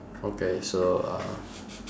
okay so uh